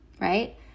right